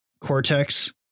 Cortex